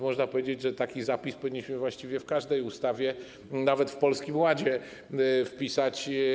Można powiedzieć, że taki przepis powinniśmy właściwie w każdej ustawie, nawet w Polskim Ładzie, wpisać.